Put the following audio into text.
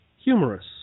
humorous